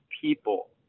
people